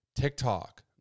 TikTok